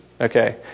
Okay